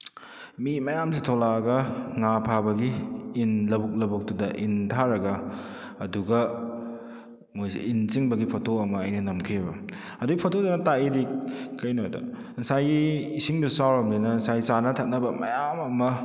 ꯃꯤ ꯃꯌꯥꯝꯁꯤ ꯊꯣꯛꯂꯛꯂꯒ ꯉꯥ ꯐꯥꯕꯒꯤ ꯏꯟ ꯂꯧꯕꯨꯛ ꯂꯧꯕꯨꯛꯇꯨꯗ ꯏꯟ ꯊꯥꯔꯒ ꯑꯗꯨꯒ ꯃꯣꯏꯁꯤ ꯏꯟ ꯆꯤꯡꯕꯒꯤ ꯐꯣꯇꯣ ꯑꯃ ꯑꯩꯅ ꯅꯝꯈꯤꯑꯕ ꯑꯗꯨꯒꯤ ꯐꯣꯇꯣꯗꯨꯅ ꯇꯥꯛꯂꯤꯗꯤ ꯀꯔꯤꯅꯣꯗ ꯉꯁꯥꯏꯒꯤ ꯏꯁꯤꯡꯗꯨ ꯆꯥꯎꯔꯕꯅꯤꯅ ꯉꯁꯥꯏ ꯆꯥꯅ ꯊꯛꯅꯕ ꯃꯌꯥꯝ ꯑꯃ